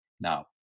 Now